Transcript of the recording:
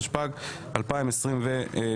התשפ"ג 2023